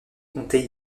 comptait